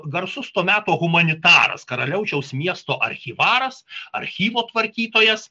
garsus to meto humanitaras karaliaučiaus miesto archyvaras archyvo tvarkytojas